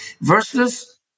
versus